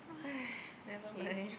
ah okay